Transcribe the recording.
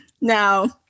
Now